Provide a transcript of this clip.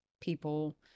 people